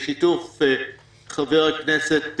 בשיתוף עם חבר הכנסת